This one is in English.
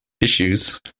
issues